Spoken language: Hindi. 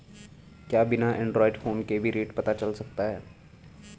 क्या बिना एंड्रॉयड फ़ोन के भी रेट पता चल सकता है?